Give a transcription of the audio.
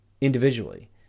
individually